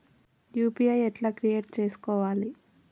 UPI ఎట్లా create చేసుకోవాలి?